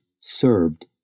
served